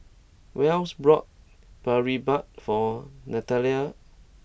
Wells brought Boribap for Nathalie